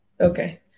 Okay